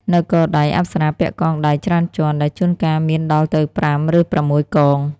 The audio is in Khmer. នៅកដៃ អប្សរាពាក់កងដៃច្រើនជាន់ ដែលជួនកាលមានដល់ទៅ ៥ ឬ ៦ កង។